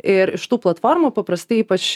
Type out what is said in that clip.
ir iš tų platformų paprastai ypač